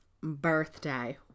birthday